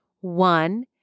one